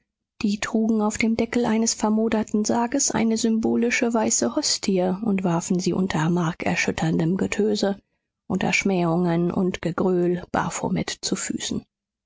die trugen auf dem deckel eines vermoderten sarges eine symbolische weiße hostie und warfen sie unter markerschütterndem getöse unter schmähungen und gegröhl baphomet zu füßen